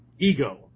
ego